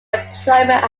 employment